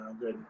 Good